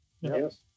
Yes